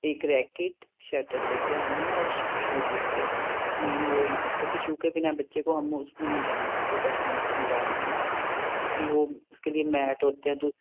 ਏਕ racket shuttle ਲੈ ਕੇ ਆਨੀ ਐ ਔਰ ਸ਼ ਸ਼ੂ ਲੈ ਕੇ ਆਨੇ ਐ ਮੇਨ ਵੋ ਹੀ ਐ ਕਿਉਂਕੀ ਸ਼ੂ ਕੇ ਬਿਨਾਂ ਬੱਚੇ ਕੋ ਹਮ ਉਸਮੇ ਨੀ ਜਾਨੇ ਦੇਤੇ ਬੈਡਿੰਟਨ ਗਰਾਊਂਡ ਮੇ ਨਾ ਕਿਉਂਕੀ ਵੋਹ ਉਸਕੇ ਲੀਏ ਮੈਟ ਹੋਤੇ ਹੈ